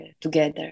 together